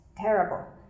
terrible